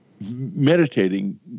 meditating